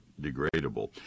degradable